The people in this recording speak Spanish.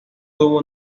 tuvo